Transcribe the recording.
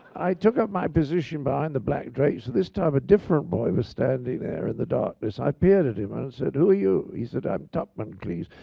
i took up my position behind the black drapes. and this time a different boy was standing there in the darkness. i peered at him and said, who are you? he said, i'm topman, cleese.